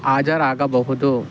ಹಾಜರಾಗಬಹುದು